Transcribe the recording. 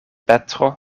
petro